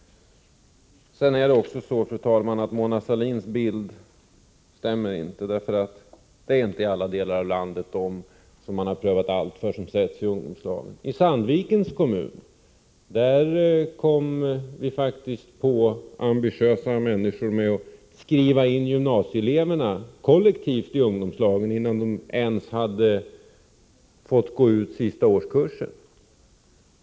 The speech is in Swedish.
Det är också så, fru talman, att Mona Sahlins bild inte stämmer. Det är inte ialla delar av landet som man har prövat allt som förutsätts i ungdomslagen. I Sandvikens kommun kom vi faktiskt på ambitiösa människor med att skriva in gymnasieeleverna kollektivt i ungdomslagen innan de ens gått ut sista årskursen.